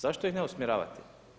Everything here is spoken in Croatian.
Zašto ih ne usmjeravati?